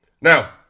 now